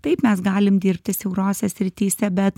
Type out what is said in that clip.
taip mes galim dirbti siaurose srityse bet